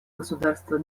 государства